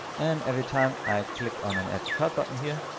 and every time i click on an add to cart button here,